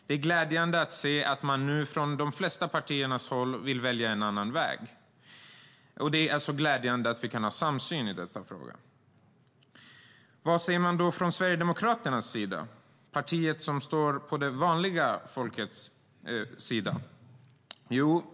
Det är glädjande att se att man nu från de flesta partiers håll vill välja en annan väg och att vi har en samsyn i denna fråga. Vad säger då Sverigedemokraterna, partiet som står på det vanliga folkets sida?